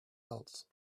else